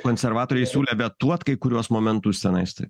konservatoriai siūlė vetuot kai kuriuos momentus tenais tai